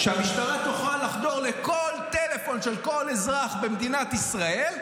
שהמשטרה תוכל לחדור לכל טלפון של כל אזרח במדינת ישראל,